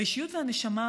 והאישיות והנשמה,